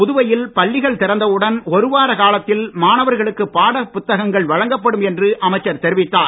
புதுவையில் பள்ளிகள் திறந்தவுடன் ஒரு வார காலத்தில் மாணவர்களுக்கு பாடப்புத்தகங்கள் வழங்கப்படும் என்று அமைச்சர் தெரிவித்தார்